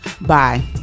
Bye